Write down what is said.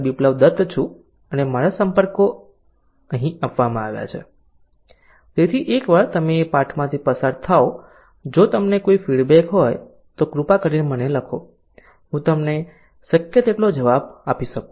બિપ્લબ દત્ત છું અને મારા સંપર્કો અહીં આપવામાં આવ્યા છે તેથી એકવાર તમે પાઠમાંથી પસાર થાઓ જો તમને કોઈ ફીડબેક હોય તો કૃપા કરીને મને લખો જેથી હું તમને શક્ય તેટલો જવાબ આપી શકું